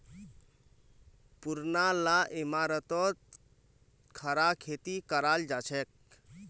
पुरना ला इमारततो खड़ा खेती कराल जाछेक